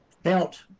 Felt